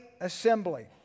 assembly